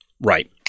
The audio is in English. Right